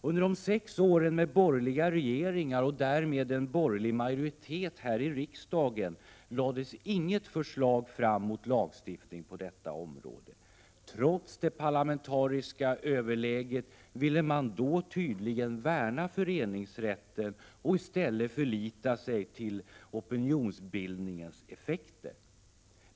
Under de sex åren med borgerliga regeringar och därmed en borgerlig majoritet i riksdagen lades inget förslag fram mot lagstiftning på detta område. Trots det parlamentariska överläget ville man då tydligen värna föreningsrätten och i stället förlita sig på opinionsbildningens effekter.